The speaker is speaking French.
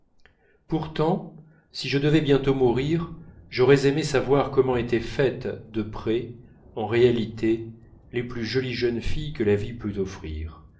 pourtant si je devais bientôt mourir j'aurais aimé savoir comment étaient faites de près en réalité les plus jolies jeunes filles que la vie pût offrir